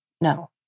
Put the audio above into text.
No